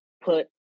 put